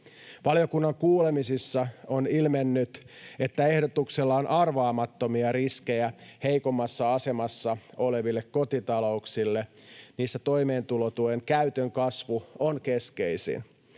Valiokunnan kuulemisissa on ilmennyt, että ehdotuksella on arvaamattomia riskejä heikommassa asemassa oleville kotitalouksille, missä toimeentulotuen käytön kasvu on keskeisin.